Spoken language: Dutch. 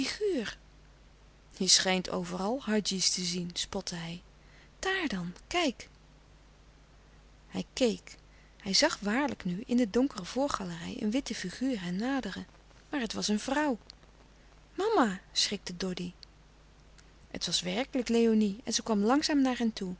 je schijnt overal hadji's te zien spotte hij daar dan kijk hij keek hij zag waarlijk nu in de donkere voorgalerij een witte figuur hen naderen maar het was een vrouw mama schrikte doddy het was werkelijk léonie en ze kwam langzaam naar hen toe